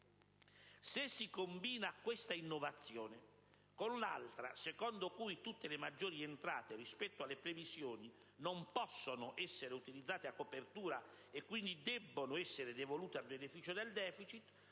Se si combina questa innovazione con l'altra secondo cui tutte le maggiori entrate rispetto alle previsioni non possono essere utilizzate a copertura e quindi devono essere devolute a beneficio del *deficit*,